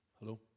Hello